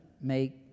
make